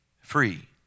free